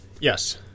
Yes